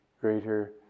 greater